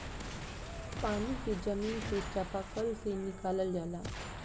पानी के जमीन से चपाकल से निकालल जाला